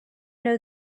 know